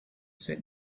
sit